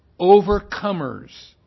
overcomers